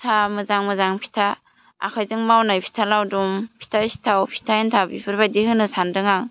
साहा मोजां मोजां फिथा आखाइजों मावनाय फिथा लावदुम फिथा सिथाव फिथा एनथाब बेफोरबादि होनो सान्दों आं